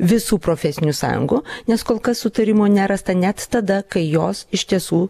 visų profesinių sąjungų nes kol kas sutarimo nerasta net tada kai jos iš tiesų